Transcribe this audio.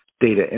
data